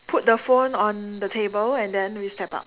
put the phone on the table and then we step out